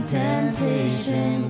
temptation